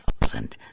thousand